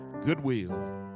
goodwill